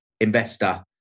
investor